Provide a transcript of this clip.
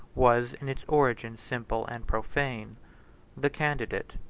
was in its origin simple and profane the candidate,